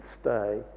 stay